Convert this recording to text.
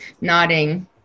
nodding